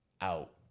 out